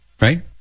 right